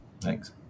Thanks